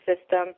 system